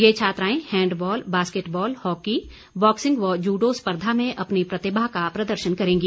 ये छात्राएं handball basketball hockey boxing व जूडो स्पर्धा में अपनी प्रतिभा का प्रदर्शन करेंगी